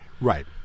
Right